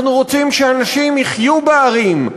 אנחנו רוצים שאנשים יחיו בערים,